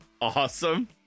Awesome